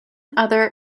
other